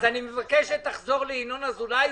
אז אני מבקש שתחזור לינון אזולאי.